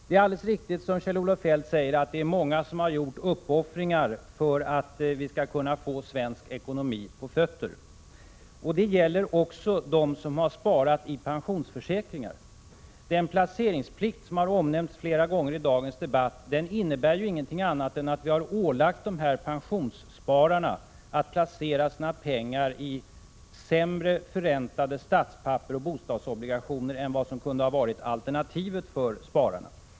Det är alldeles riktigt som Kjell-Olof Feldt säger att många gjort uppoffringar för att vi skall kunna få svensk ekonomi på fötter. Det gäller också dem som har sparat i pensionsförsäkringar. Den placeringsplikt som omnämnts flera gånger i dagens debatt innebär ingenting annat än att vi har ålagt dessa pensionssparare att placera sina pengar i statspapper och bostadsobligationer som varit sämre förräntade än vad som kunde ha varit alternativet för spararna.